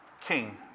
King